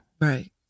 Right